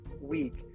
week